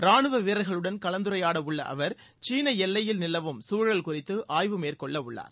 ராணுவவீரர்களுடன் கலந்துரையாட உள்ள அவர் சீன எல்லையில் நிலவும் சூழல் குறித்து ஆய்வு மேற்கொள்ளவுள்ளார்